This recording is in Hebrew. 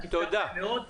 אתה תפגע בהם מאוד.